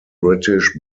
british